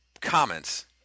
comments